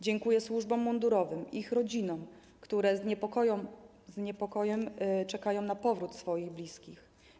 Dziękuję służbom mundurowym, ich rodzinom, które z niepokojem czekają na powrót swoich bliskich.